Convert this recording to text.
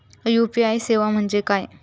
UPI सेवा म्हणजे काय?